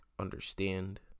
understand